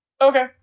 Okay